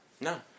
No